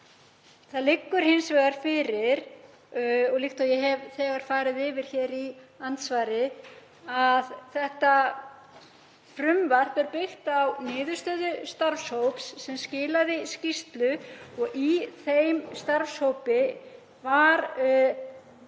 Það liggur hins vegar fyrir, líkt og ég hef þegar farið yfir hér í andsvari, að frumvarpið er byggt á niðurstöðu starfshóps sem skilaði skýrslu og í þeim starfshópi voru